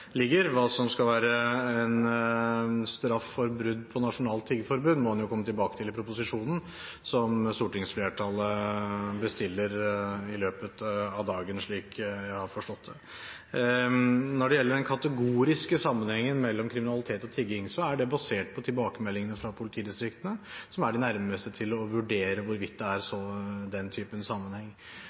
ligger der. Hva som skal være straff for brudd på nasjonalt tiggeforbud, må en komme tilbake til i proposisjonen som stortingsflertallet bestiller i løpet av dagen, slik jeg har forstått det. Når det gjelder den kategoriske sammenhengen mellom kriminalitet og tigging, er det basert på tilbakemeldingene fra politidistriktene, som er de nærmeste til å vurdere hvorvidt det er den typen sammenheng.